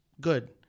good